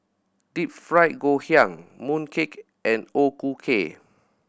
Deep Fried Ngoh Hiang mooncake and O Ku Kueh